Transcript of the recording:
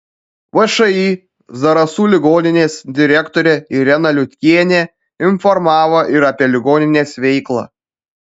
všį zarasų ligoninės direktorė irena liutkienė informavo ir apie ligoninės veiklą